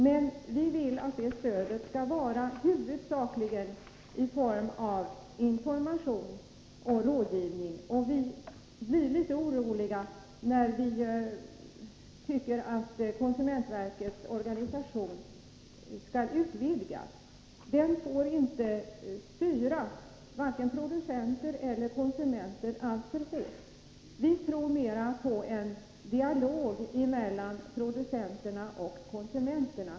Men vi vill att det stödet huvudsakligen skall lämnas i form av information och rådgivning, och vi blir litet oroliga när vi uppfattar att konsumentverkets organisation skall utvidgas. Verket får inte styra vare sig producenter eller konsumenter alltför hårt. Vi tror mer på en dialog mellan producenter och konsumenter.